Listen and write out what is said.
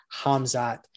Hamzat